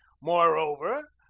moreover,